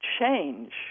change